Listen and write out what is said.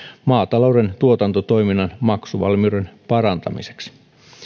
maatalouden tuotantotoiminnan maksuvalmiuden parantamiseksi